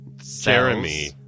Jeremy